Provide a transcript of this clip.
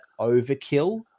overkill